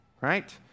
right